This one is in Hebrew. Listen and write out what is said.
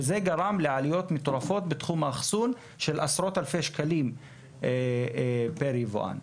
וזה גרם לעליות מטורפות בתחום האחסון של עשרות אלפי שקלים פר יבואן.